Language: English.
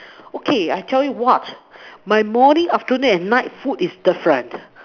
okay I tell you what my morning afternoon and night food is different